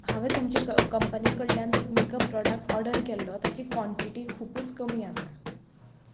हांवें तुमचे कंपनी कडल्यान जो मॅकअप प्रोडक्ट ऑर्डर केल्लो ताची कॉन्टिटी खुबूच कमी आसा